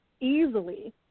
easily